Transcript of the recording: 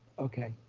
okay.